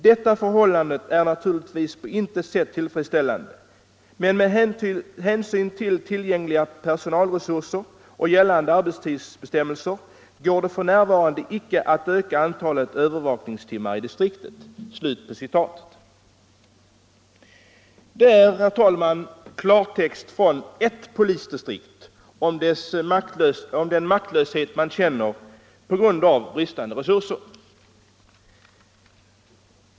Detta förhållande är naturligtvis på intet sätt tillfredsställande, men med hänsyn till tillgängliga personalresurser och gällande arbetstidsbestämmelser går det f. n. icke att öka antalet övervakningstimmar i distriktet.” Det är, herr talman, klartext från ert polisdistrikt om den maktlöshet man känner på grund av bristande resurser.